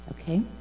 Okay